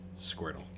Squirtle